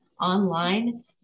online